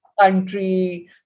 country